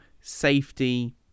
safety